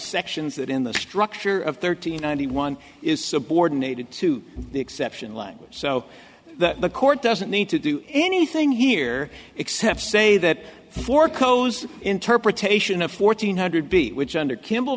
sections that in the structure of thirteen ninety one is subordinated to the exception language so that the court doesn't need to do anything here except say that for co's interpretation of fourteen hundred b which under kimb